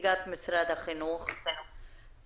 נציגת משרד החינוך, בבקשה.